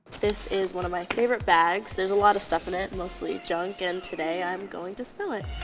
this is one of my favorite bags. there's a lot of stuff in it, mostly junk. and today i'm going to spill it.